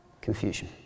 confusion